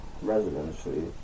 residency